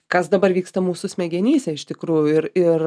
kas dabar vyksta mūsų smegenyse iš tikrųjų ir ir